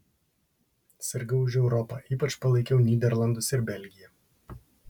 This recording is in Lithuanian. sirgau už europą ypač palaikiau nyderlandus ir belgiją